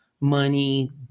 money